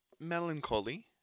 melancholy